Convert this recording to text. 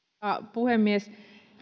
puhemies